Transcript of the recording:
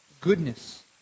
goodness